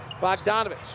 Bogdanovich